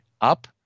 up